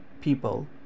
people